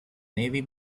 navy